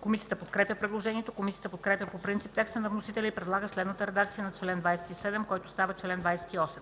Комисията подкрепя предложението. Комисията подкрепя по принцип текста на вносителя и предлага следната редакция на чл. 27, който става чл. 28: